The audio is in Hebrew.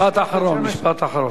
ראש העיר בית-שמש, משפט אחד.